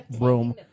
room